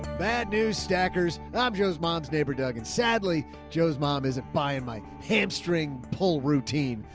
bad news stackers i'm joe's mom's neighbor, doug and sadly. joe's mom, isn't buying my hamstring pull routine.